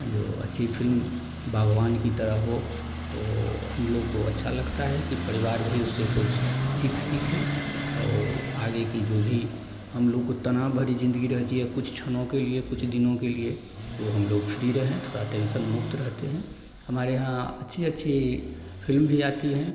जो अच्छी फ़िल्म बागवान की तरह हो तो हमलोग को अच्छा लगता है कि परिवार भी उससे कुछ सीख सीखे और आगे की जो भी हमलोग को तनाव भरी ज़िन्दगी रहती है कुछ क्षणों के लिए कुछ दिनों के लिए वह हमलोग फ्री रहें थोड़ा टेन्शन मुक्त रहते हैं हमारे यहाँ अच्छी अच्छी फ़िल्म भी आती है